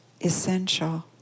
essential